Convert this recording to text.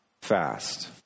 fast